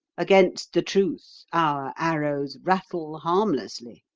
against the truth our arrows rattle harmlessly.